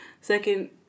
Second